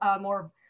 more